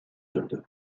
sürdü